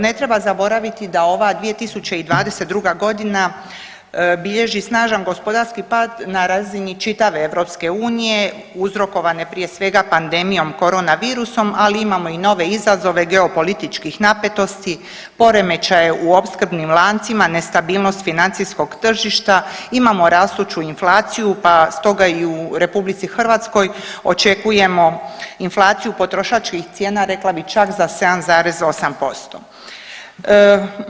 Ne treba zaboraviti da ova 2022. godina bilježi snažan gospodarski pad na razini čitave Europske unije uzrokovane prije svega pandemijom korona virusom, ali imamo i nove izazove geopolitičkih napetosti, poremećaje u opskrbnim lancima, nestabilnost financijskog tržišta, imamo rastuću inflaciju pa stoga i u Republici Hrvatskoj očekujemo inflaciju potrošačkih cijena rekla bih čak za 7,8%